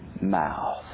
mouth